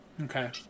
Okay